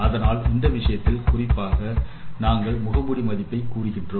அதனால் இந்த விஷயத்தில் குறிப்பாக நாங்கள் முகமூடி மதிப்பை கூறுகின்றோம்